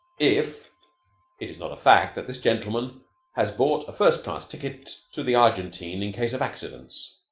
if it is not a fact that this gentleman has bought a first-class ticket to the argentine in case of accidents?